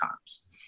times